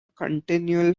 continual